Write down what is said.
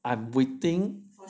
I am waiting